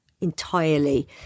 entirely